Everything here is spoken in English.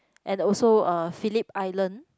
and also uh Philip island